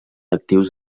actius